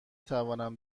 توانم